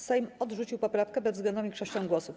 Sejm odrzucił poprawkę bezwzględną większością głosów.